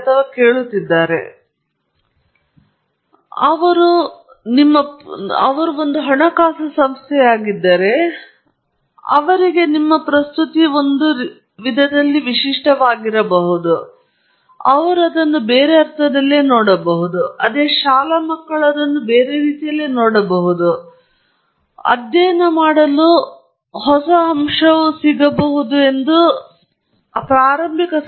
ಆದ್ದರಿಂದ ಇದು ನಿಮ್ಮ ಪ್ರಸ್ತುತಿಯನ್ನು ನೋಡುತ್ತಿರುವ ಒಂದು ಹಣಕಾಸು ಸಂಸ್ಥೆಯಾಗಿದ್ದರೆ ನೀವು ಏನಾದರೂ ವಿಶಿಷ್ಟವಾದದ್ದು ನೀವು ಅಧ್ಯಯನ ಮಾಡಲು ಹೋಗುವ ಹೊಸ ಅಂಶವನ್ನು ಹೈಲೈಟ್ ಮಾಡಬೇಕು ನೀವು ಹೈಲೈಟ್ ಮಾಡಬೇಕಾದದ್ದು